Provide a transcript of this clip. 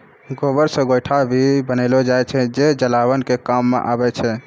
गोबर से गोयठो भी बनेलो जाय छै जे जलावन के काम मॅ आबै छै